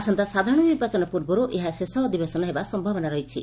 ଆସନ୍ତା ସାଧାରଣ ନିର୍ବାଚନ ପୂର୍ବର୍ ଏହା ଶେଷ ଅଧିବେଶନ ହେବା ସମ୍ଭାବନା ରହିଛି